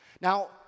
Now